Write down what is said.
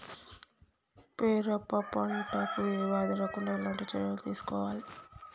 పెరప పంట కు ఏ వ్యాధి రాకుండా ఎలాంటి చర్యలు తీసుకోవాలి?